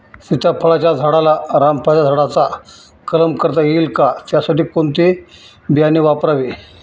सीताफळाच्या झाडाला रामफळाच्या झाडाचा कलम करता येईल का, त्यासाठी कोणते बियाणे वापरावे?